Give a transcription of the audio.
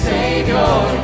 Savior